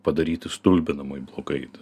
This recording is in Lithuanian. padaryti stulbinamai greit